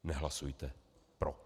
Nehlasujte pro.